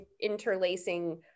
interlacing